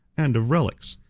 and of relics.